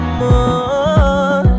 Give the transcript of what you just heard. more